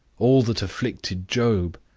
all that afflicted job,